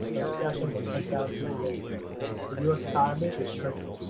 a recession, when it comes down to it is the us economy is shrinking,